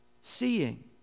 seeing